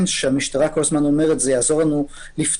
המשטרה כל הזמן אומרת שזה יעזור לנו לפתור